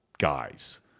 guys